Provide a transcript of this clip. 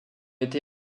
été